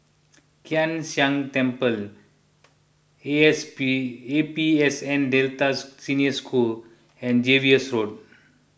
Kai San Temple A S P A P S N Delta Senior School and Jervois Road